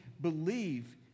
believe